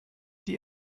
die